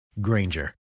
Granger